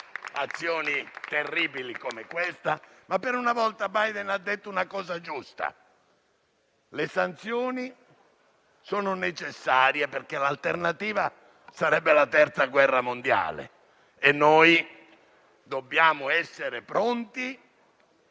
azioni terribili come questa - ha detto una cosa giusta: le sanzioni sono necessarie perché l'alternativa sarebbe la terza guerra mondiale. Dobbiamo essere pronti